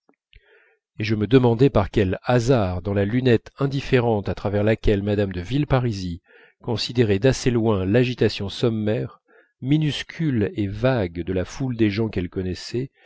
et je me demandais par quel hasard dans la lunette indifférente à travers laquelle mme de villeparisis considérait d'assez loin l'agitation sommaire minuscule et vague de la foule des gens qu'elle connaissait